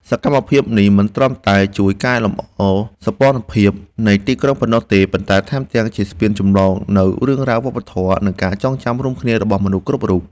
សកម្មភាពនេះមិនត្រឹមតែជួយកែលម្អសោភ័ណភាពនៃទីក្រុងប៉ុណ្ណោះទេ ប៉ុន្តែថែមទាំងជាស្ពានចម្លងនូវរឿងរ៉ាវ វប្បធម៌ និងការចងចាំរួមគ្នារបស់មនុស្សគ្រប់រូប។